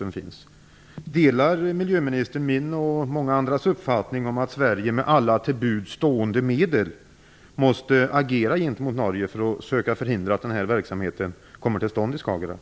Delar miljöministern min och många andras uppfattning om att Sverige med alla till buds stående medel måste agera gentemot Norge för att söka förhindra att verksamheten kommer till stånd i Skagerrak?